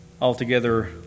altogether